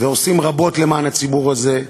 ועושים רבות למען הציבור הזה,